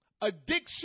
Addiction